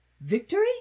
Victory